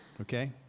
Okay